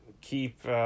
keep